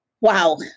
Wow